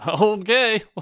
okay